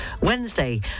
Wednesday